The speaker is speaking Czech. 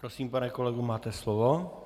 Prosím, pane kolego, máte slovo.